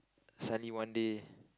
suddenly one day